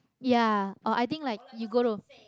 ya or I think like you go to